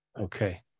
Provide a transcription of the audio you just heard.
okay